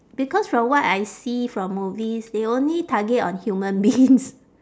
because from what I see from movies they only target on human beings